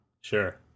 Sure